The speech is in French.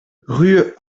rue